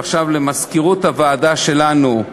ועכשיו למזכירות הוועדה שלנו.